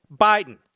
Biden